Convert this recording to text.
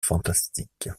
fantastique